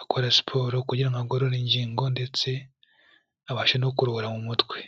akora siporo kugira ngo agorore ingingo ndetse abashe no kuruhura mu mutwe.